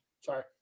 Sorry